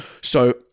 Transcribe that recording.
So-